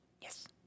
Yes